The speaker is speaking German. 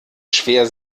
schwer